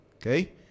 Okay